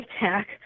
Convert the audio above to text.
attack